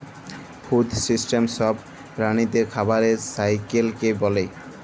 food system ছব প্রালিদের খাবারের সাইকেলকে ব্যলে